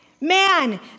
man